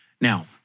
now